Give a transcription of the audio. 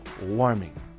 warming